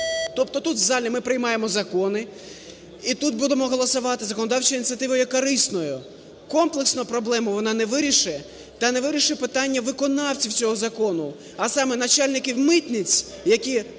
тобто тут в залі ми приймаємо закони і тут будемо голосувати, законодавча ініціатива є корисною, комплексно проблему вона не вирішить та не вирішить питання виконавців цього закону, а саме, начальників митниць, які